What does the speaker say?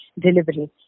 delivery